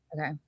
Okay